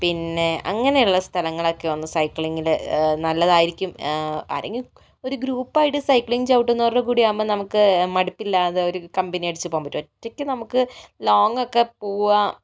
പിന്നെ അങ്ങനെയുള്ള സ്ഥലങ്ങളോക്കെ ഒന്ന് സൈക്കിളിങ്ങില് നല്ലതായിരിക്കും ആരെങ്കിലും ഒരു ഗ്രൂപ്പ് ആയിട്ട് സൈക്ലിങ് ചവിട്ടുന്നവരുടെ കൂടെ ആവുമ്പോൾ നമുക്ക് മടിപ്പില്ലാതെ ഒരു കമ്പനി അടിച്ചു പോകാൻ പറ്റും ഒറ്റയ്ക്ക് നമുക്ക് ലോങ്ങ് ഒക്കെ പോവുക